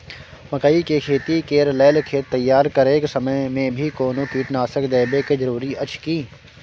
मकई के खेती कैर लेल खेत तैयार करैक समय मे भी कोनो कीटनासक देबै के जरूरी अछि की?